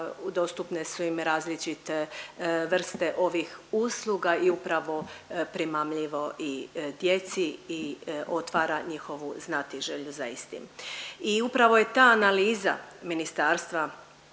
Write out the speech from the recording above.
dostupne su im različite vrste ovih usluga i upravo primamljivo i djeci i otvara njihovu znatiželju za istim i upravo je ta analiza Ministarstva